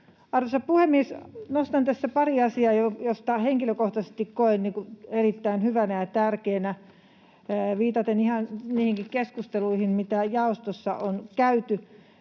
Arvoisa puhemies! Nostan tässä pari asiaa, jotka henkilökohtaisesti koen erittäin hyvinä ja tärkeinä, viitaten ihan niihinkin keskusteluihin, mitä jaostossa on käyty.